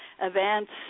events